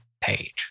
page